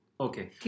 Okay